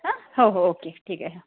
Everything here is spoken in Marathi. हां हो हो ओके ठीक आहे